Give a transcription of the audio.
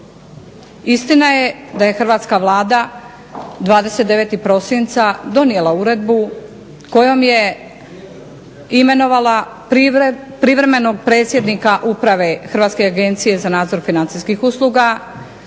Istina je da je hrvatska Vlada 29. prosinca donijela uredbu kojom je imenovala privremenog predsjednika uprave Hrvatske agencije za nadzor financijskih usluga,